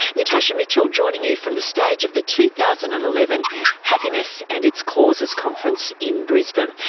natasha mitchell joining you from the stage of the two thousand and eleven happiness and its causes conference in brisbane.